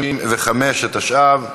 55), התשע"ו 2016,